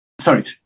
sorry